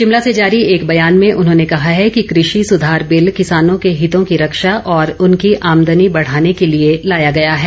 शिमला से जारी एक बयान में उन्होंने कहा है कि कृषि सुधार बिल किसानों के हितों की रक्षा और उनकी आमदनी बढ़ाने के लिए लाया गया है